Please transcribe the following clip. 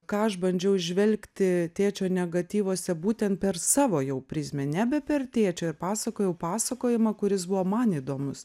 ką aš bandžiau įžvelgti tėčio negatyvuose būtent per savo jau prizmę nebe per tėčio pasakojau pasakojimą kuris buvo man įdomus